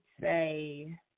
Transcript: say